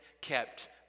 kept